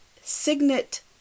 signet